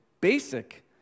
basic